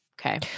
Okay